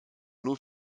nur